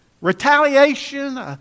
retaliation